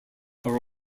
are